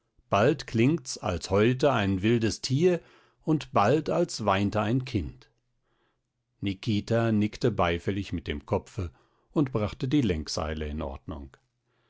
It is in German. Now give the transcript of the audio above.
bald klingt's als heulte ein wildes tier und bald als weinte ein kind nikita nickte beifällig mit dem kopfe und brachte die lenkseile in ordnung